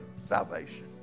salvation